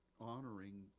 honoring